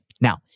Now